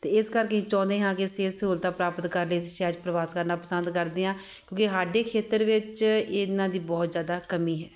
ਅਤੇ ਇਸ ਕਰਕੇ ਅਸੀਂ ਚਾਹੁੰਦੇ ਹਾਂ ਕਿ ਸਿਹਤ ਸਹੂਲਤਾਂ ਪ੍ਰਾਪਤ ਕਰ ਲਈ ਅਸੀਂ ਸ਼ਹਿਰ 'ਚ ਪ੍ਰਵਾਸ ਕਰਨਾ ਪਸੰਦ ਕਰਦੇ ਹਾਂ ਕਿਉਂਕਿ ਸਾਡੇ ਖੇਤਰ ਵਿੱਚ ਇਹਨਾਂ ਦੀ ਬਹੁਤ ਜ਼ਿਆਦਾ ਕਮੀ ਹੈ